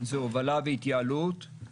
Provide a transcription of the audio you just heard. הובלה והתייעלות,